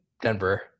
Denver